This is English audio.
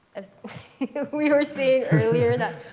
as we were saying earlier,